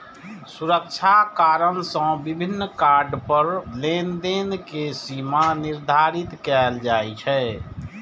सुरक्षा कारण सं विभिन्न कार्ड पर लेनदेन के सीमा निर्धारित कैल जाइ छै